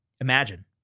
Imagine